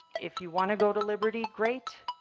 if you want to go to liberty, great.